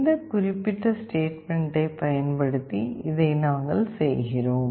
இந்த குறிப்பிட்ட ஸ்டேட்மெண்ட்டை பயன்படுத்தி இதை நாங்கள் செய்கிறோம்